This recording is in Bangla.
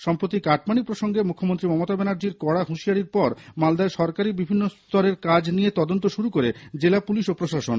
সম্প্রতি কাটমানি প্রসঙ্গে মুখ্যমন্ত্রী মমতা ব্যানার্জীর কড়া হুশিয়ারির পর মালদায় সরকারি বিভিন্ন স্তরের কাজ নিয়ে তদন্ত শুরু করে জেলা পুলিশ ও প্রশাসন